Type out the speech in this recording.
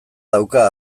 dauka